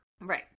Right